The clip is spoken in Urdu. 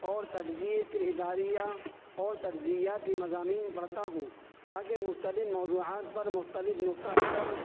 اور تجزئے پھر اداریہ اور تجزیاتی مضامین پڑھتا ہوں تا کہ مختلف موضوعات پر مختلف نقطۂ نظر